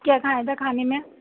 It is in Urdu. کیا کھایا تھا کھانے میں